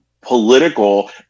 political